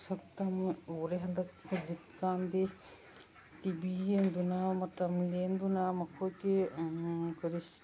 ꯁꯛꯇꯝ ꯎꯔꯦ ꯍꯟꯗꯛ ꯍꯧꯖꯤꯛ ꯀꯥꯟꯗꯤ ꯇꯤ ꯚꯤ ꯌꯦꯡꯗꯨꯅ ꯃꯇꯝ ꯂꯦꯟꯗꯨꯅ ꯃꯈꯣꯏꯒꯤ ꯀꯔꯤ